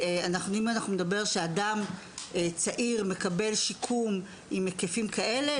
אם בן אדם צעיר מקבל שיקום בהיקפים כאלה,